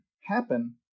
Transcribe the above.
happen